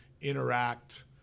interact